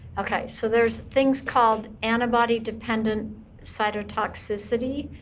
ok, so there's things called antibody-dependent cytotoxicity,